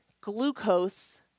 glucose